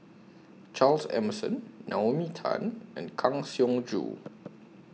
Charles Emmerson Naomi Tan and Kang Siong Joo